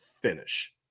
finish